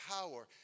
power